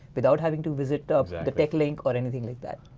without having to visit um the tech link or anything like that.